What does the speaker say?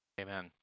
Amen